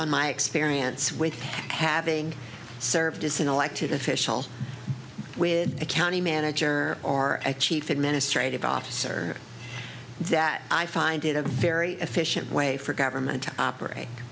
on my experience with having served as an elected official with a county manager or a chief administrative officer that i find it a very efficient way for government to operate